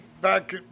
back